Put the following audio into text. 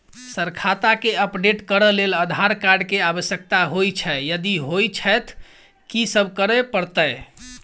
Sir खाता केँ update करऽ लेल आधार कार्ड केँ आवश्यकता होइ छैय यदि होइ छैथ की सब करैपरतैय?